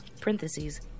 Parentheses